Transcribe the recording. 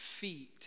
feet